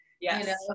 Yes